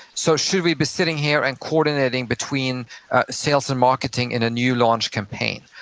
so should we be sitting here and coordinating between sales and marketing in a new launch campaign?